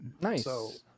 Nice